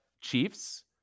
Chiefs